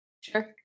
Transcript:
Sure